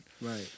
Right